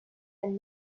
and